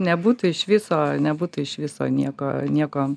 nebūtų iš viso nebūtų iš viso nieko nieko